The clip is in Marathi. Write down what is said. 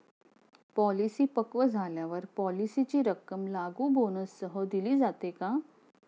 पॉलिसी पक्व झाल्यावर पॉलिसीची रक्कम लागू बोनससह दिली जाते का?